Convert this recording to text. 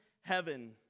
heaven